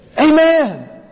Amen